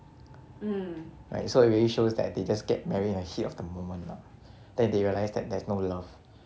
right so it really shows that they just get married in the heat of the moment they they realised that there is no love